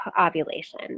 ovulation